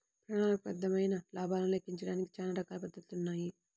ప్రణాళికాబద్ధమైన లాభాలను లెక్కించడానికి చానా రకాల పద్ధతులున్నాయి